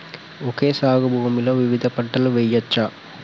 Okay సాగు భూమిలో వివిధ పంటలు వెయ్యచ్చా?